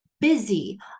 busy